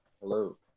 hello